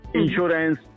insurance